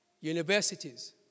Universities